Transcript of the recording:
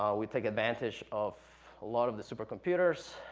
um we take advantage of a lot of the super computers,